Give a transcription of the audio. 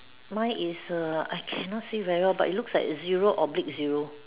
mine is A I cannot see very but it looks like zero oblige zero